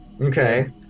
Okay